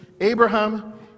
Abraham